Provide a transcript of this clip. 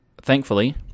thankfully